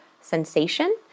sensation